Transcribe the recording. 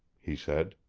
he said.